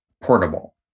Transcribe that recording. Portable